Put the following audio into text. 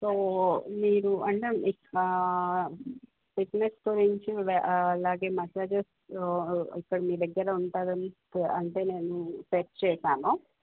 so మీరు అంటే fitness గురించి అలాగే మసాజస్ మీ దగ్గర ఉంటుందంటే నేను సెర్చ్ చేశాను